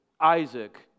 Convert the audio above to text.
Isaac